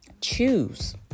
choose